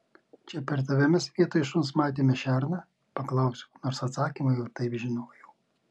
čia per tave mes vietoj šuns matėme šerną paklausiau nors atsakymą jau ir taip žinojau